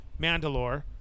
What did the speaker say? Mandalore